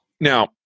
Now